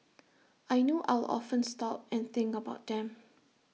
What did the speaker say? I know I'll often stop and think about them